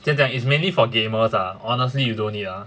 先讲 it's mainly for gamers ah honestly you don't need ah